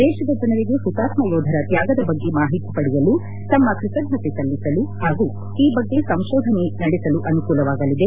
ದೇಶದ ಜನರಿಗೆ ಹುತಾತ್ಮೆ ಯೋಧರ ತ್ಯಾಗದ ಬಗ್ಗೆ ಮಾಹಿತಿ ಪಡೆಯಲು ತಮ್ಮ ಕೃತಜ್ಞತೆ ಸಲ್ಲಿಸಲು ಹಾಗೂ ಈ ಬಗ್ಗೆ ಸಂಶೋಧನೆ ನಡೆಸಲು ಅನುಕೂಲವಾಗಲಿದೆ